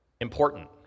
important